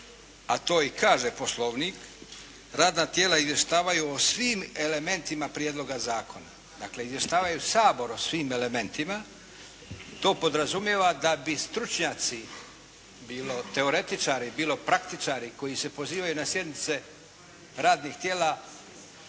a to i kaže Poslovnik. Radna tijela izvještavaju o svim elementima prijedloga zakona. Dakle, izvještavaju Sabor o svim elementima. To podrazumijeva da bi stručnjaci bilo teoretičari, bilo praktičari koji se pozivaju na sjednice radnih tijela